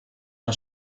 una